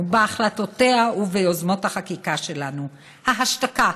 בהחלטותיה וביוזמות החקיקה שלנו: ההשתקה,